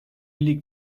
liegt